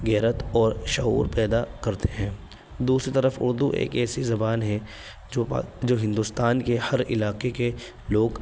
غیرت اور شعور پیدا کرتے ہیں دوسری طرف اردو ایک ایسی زبان ہے جو جو ہندوستان کے ہر علاقے کے لوگ